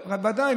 ודאי.